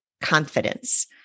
confidence